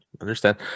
understand